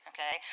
Okay